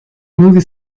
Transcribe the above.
movie